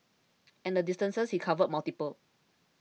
and the distances he covered multiplied